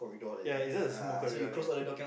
ya it's just the